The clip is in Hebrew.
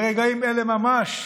ברגעים אלה ממש,